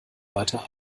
weiter